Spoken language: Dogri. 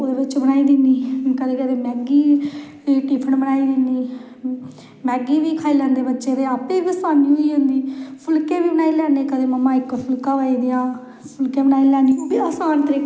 नच्चदे ढोल बजांदे कुड़ियां झण्डा चढ़ांदियां राष्ट्री गीत बोलदियां होर बड़ा ढोल ढमाका बजदा ते मज़ा आंदा